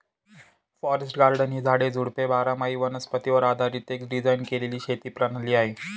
forest garden ही झाडे, झुडपे बारामाही वनस्पतीवर आधारीत एक डिझाइन केलेली शेती प्रणाली आहे